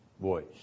voice